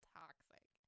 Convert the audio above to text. toxic